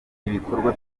ibikorwa